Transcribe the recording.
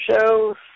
shows